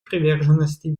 приверженности